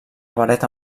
vareta